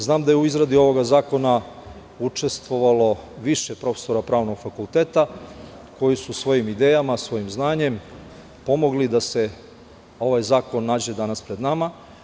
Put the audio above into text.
Znam da je u izradi ovog zakona učestvovalo više profesora Pravnog fakulteta koji su svojim idejama, svojim znanjem pomogli da se ovaj zakon danas nađe pred nama.